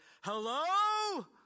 hello